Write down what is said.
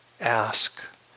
ask